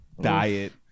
diet